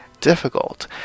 difficult